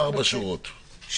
יש